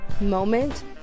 moment